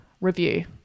review